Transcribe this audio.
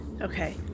Okay